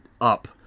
up